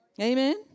Amen